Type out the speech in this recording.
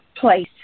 place